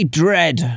dread